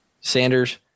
Sanders